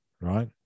Right